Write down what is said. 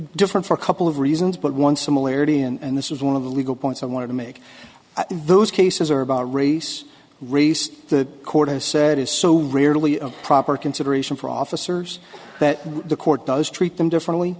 different for a couple of reasons but one similarity and this is one of the legal points i want to make those cases are about race race the court has said is so rarely a proper consideration for officers that the court does treat them differently